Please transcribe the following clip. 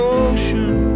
ocean